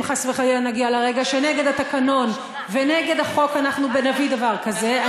אם חס וחלילה נגיע לרגע שנגד התקנון ונגד החוק אנחנו נביא דבר כזה.